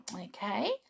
Okay